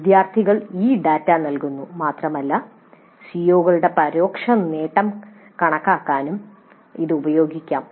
വിദ്യാർത്ഥികൾ ഈ ഡാറ്റ നൽകുന്നു മാത്രമല്ല സിഒകളുടെ പരോക്ഷ നേട്ടം കണക്കാക്കാനും ഇത് ഉപയോഗിക്കാം